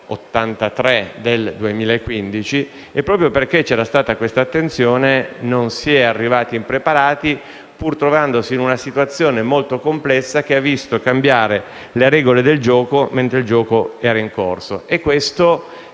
83 del 2015 e proprio perché c'era stata questa attenzione non si è arrivati impreparati, pur trovandosi in una situazione molto complessa che ha visto cambiare le regole del gioco mentre il gioco era in corso. Questo è